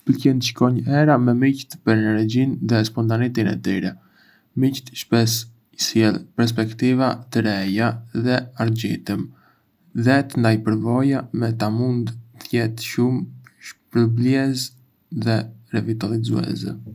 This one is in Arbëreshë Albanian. Më pëlqen të shkónj hera me miqtë për energjinë dhe spontaneitetin e tyre. Miqtë shpesh sjellin perspektiva të reja dhe argëtim, dhe të ndaj përvoja me ta mund të jetë shumë shpërblyese dhe revitalizuese.